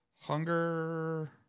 Hunger –